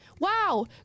Wow